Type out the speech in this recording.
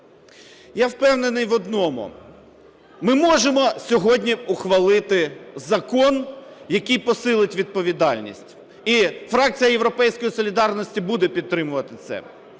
Я впевнений в одному: ми можемо сьогодні ухвалити закон, який посилить відповідальність, і фракція "Європейської солідарності" буде підтримувати це,